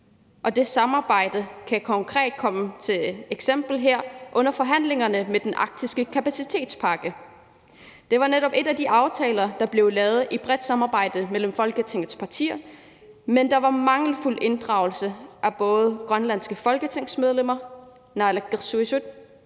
samarbejde, og det kan konkret blive eksemplificeret her under forhandlingerne med den arktiske kapacitetspakke. Det var netop en af de aftaler, der blev lavet i et bredt samarbejde mellem Folketingets partier, men der var mangelfuld inddragelse af både grønlandske folketingsmedlemmer, naalakkersuisut